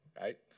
right